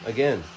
Again